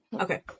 Okay